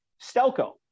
Stelco